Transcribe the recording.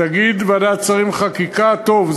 תגיד ועדת שרים לחקיקה: טוב,